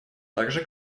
также